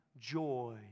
joy